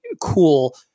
cool